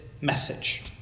message